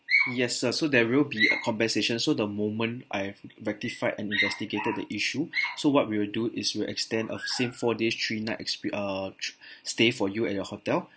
yes sir so there will be a compensation so the moment I have rectified and investigated the issue so what we will do is we'll extend a same four days three night exp~ uh stay for you at your hotel